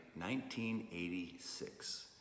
1986